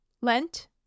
Lent